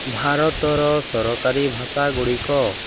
ଭାରତର ସରକାରୀ ଭାଷାଗୁଡ଼ିକ